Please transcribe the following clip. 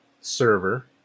server